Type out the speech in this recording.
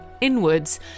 inwards